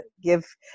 give